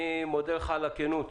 אני מודה לך על הכנות.